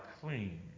clean